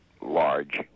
large